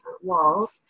walls